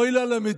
אוי לה למדינה,